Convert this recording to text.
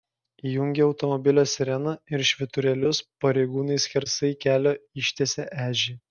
įjungę automobilio sireną ir švyturėlius pareigūnai skersai kelio ištiesė ežį